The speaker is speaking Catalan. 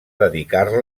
dedicar